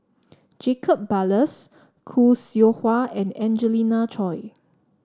Jacob Ballas Khoo Seow Hwa and Angelina Choy